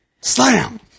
slam